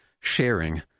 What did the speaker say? sharing